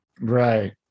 Right